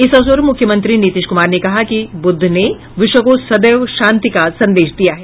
इस अवसर पर मुख्यमंत्री नीतीश कुमार ने कहा कि बुद्ध ने विश्व को सदैव शांति का संदेश दिया है